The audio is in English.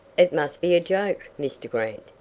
it must be a joke, mr. grant,